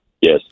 Yes